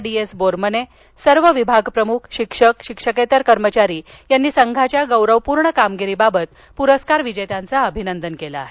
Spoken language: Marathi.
डी एस बोरमने सर्व विभाग प्रमुख शिक्षक आणि शिक्षकेतर कर्मचाऱ्यांनी संघाच्या गौरवपूर्ण कामगिरीबाबत पुरस्कार विजेत्यांना अभिनंदन केलं आहे